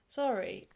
sorry